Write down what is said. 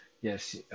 Yes